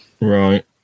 Right